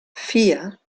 vier